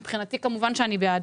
מבחינתי כמובן שאני בעד.